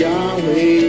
Yahweh